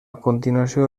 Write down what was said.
continuació